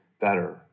better